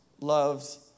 loves